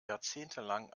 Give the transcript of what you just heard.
jahrzehntelang